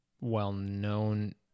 well-known